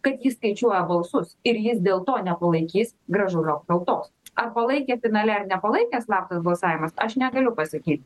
kad jis skaičiuoja balsus ir jis dėl to nepalaikys gražulio apkaltos ar palaikė finale ir nepalaikė slaptas balsavimas aš negaliu pasakyt